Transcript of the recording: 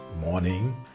morning